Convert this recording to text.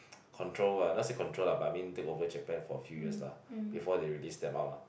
control ah not say control lah but I mean take over Japan for few years lah before they release them out lah